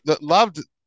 loved